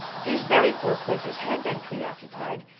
these very four places had been pre-occupied,